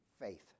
Faith